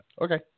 Okay